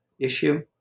issue